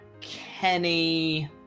Kenny